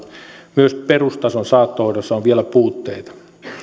myös perustason saattohoidossa on vielä puutteita